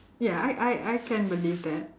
ya I I I can believe that